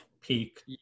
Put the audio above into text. peak